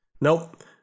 Nope